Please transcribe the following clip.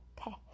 Okay